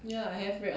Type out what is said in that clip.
ya I have read our